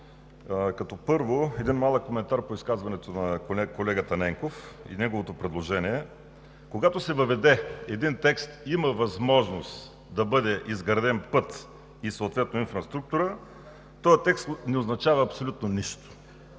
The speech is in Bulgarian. направя един малък коментар по изказването на колегата Ненков и неговото предложение. Когато се въведе един текст „има възможност да бъде изграден път и съответно инфраструктура“, този текст не означава абсолютно нищо.